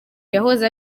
yahoze